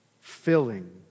filling